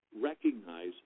recognize